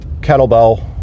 kettlebell